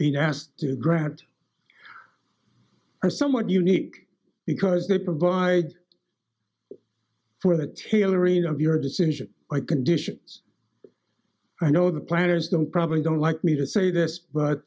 being asked to grant are somewhat unique because they provide for the tailoring of your decision like conditions i know the planners them probably don't like me to say this but